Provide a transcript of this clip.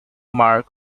mark